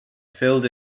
filled